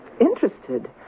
interested